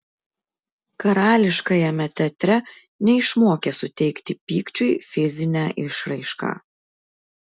karališkajame teatre neišmokė suteikti pykčiui fizinę išraišką